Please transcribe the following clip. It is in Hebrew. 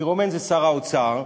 הפירומן זה שר האוצר,